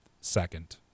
second